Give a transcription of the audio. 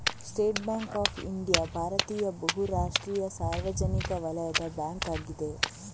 state Bank of India ಭಾರತೀಯ ಬಹು ರಾಷ್ಟ್ರೀಯ ಸಾರ್ವಜನಿಕ ವಲಯದ ಬ್ಯಾಂಕ್ ಅಗಿದೆ